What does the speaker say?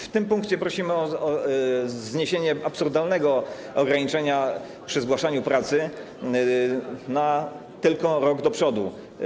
W tym punkcie prosimy o zniesienie absurdalnego ograniczenia przy zgłaszaniu pracy na tylko rok do przodu.